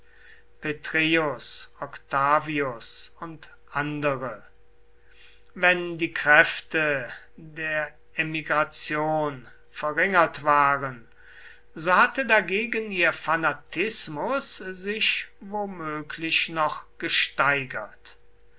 petreius octavius und andere wenn die kräfte der emigration verringert waren so hatte dagegen ihr fanatismus sich womöglich noch gesteigert